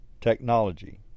technology